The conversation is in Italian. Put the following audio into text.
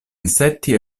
insetti